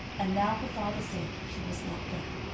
and now her father said she must not go.